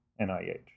NIH